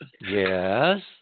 Yes